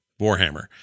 Warhammer